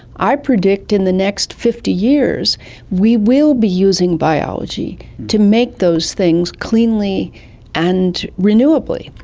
i predict in the next fifty years we will be using biology to make those things cleanly and renewably.